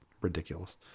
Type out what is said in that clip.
ridiculous